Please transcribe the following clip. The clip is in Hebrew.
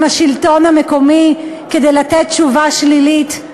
השלטון המקומי כדי לתת תשובה שלילית.